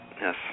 yes